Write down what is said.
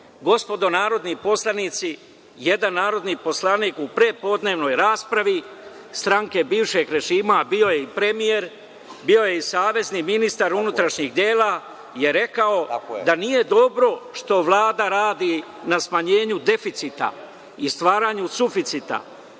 godine. Gospodo narodni poslanici, jedan narodni poslanik u prepodnevnoj raspravi stranke bivšeg režima, a bio je i premijer, bio je i savezni ministar unutrašnjih poslova, rekao je da nije dobro što Vlada radi na smanjenju deficita i stvaranju suficita.